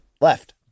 left